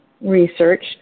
Research